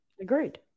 agreed